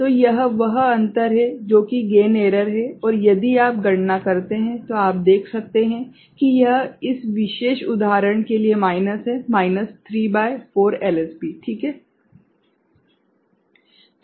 तो यह वह अंतर है जो की गेन एरर है और यदि आप गणना करते हैं तो आप देख सकते हैं कि यह इस विशेष उदाहरण के लिए माइनस है माइनस 3 भागित 4 एलएसबी ठीक है